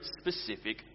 specific